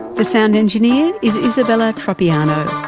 the sound engineer is isabella tropiano.